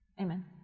Amen